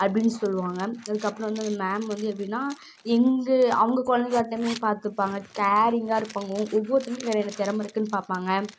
அப்படின்னு சொல்லுவாங்க அதுக்கப்புறம் வந்து அந்த மேம் வந்து எப்படின்னா எங்கள் அவங்க குழந்தையாட்டமே பார்த்துப்பாங்க கேரிங்காக இருப்பாங்கள் ஒவ்வொருத்தருக்கும் வேற என்ன திறமை இருக்குதுன்னு பார்ப்பாங்க